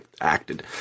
acted